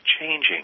changing